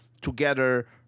together